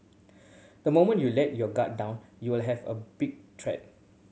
the moment you let your guard down you will have a big threat